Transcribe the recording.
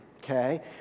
okay